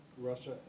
Russia